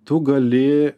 tu gali